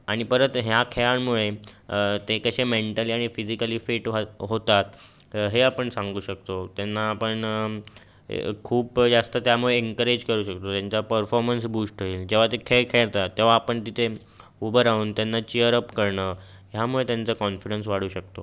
आणि परत ह्या खेळांमुळे ते कसे मेंटली आणि फिजिकली फिट व्हा होतात हे आपण सांगू शकतो त्यांना आपण खूप जास्त त्यामुळे एन्करेज करू शकतो त्यांचा परफॉरमन्स बूस्ट होईल जेव्हा ते खेळ खेळतात तेव्हा आपण तिथे उभं राहून त्यांना चियर अप करणं ह्यामुळे त्यांचा कॉन्फिडन्स वाढू शकतो